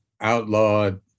outlawed